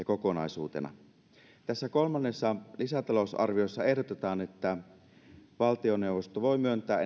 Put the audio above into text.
kokonaisuutena tässä kolmannessa lisätalousarviossa ehdotetaan että valtioneuvosto voi myöntää